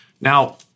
Now